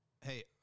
Hey